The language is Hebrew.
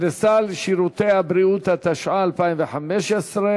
לסל שירותי הבריאות), התשע"ה 2015,